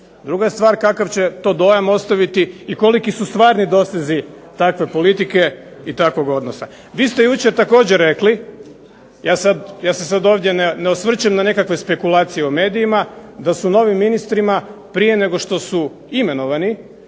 Druga stvar kakav će to dojam ostaviti i koliki su stvarni dosezi takve politike i takvog odnosa. Vi ste jučer također rekli, ja se sad ovdje ne osvrćem na nekakve spekulacije u medijima da su novim ministrima prije nego što su imenovani